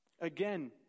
Again